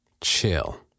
chill